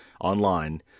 online